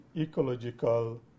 ecological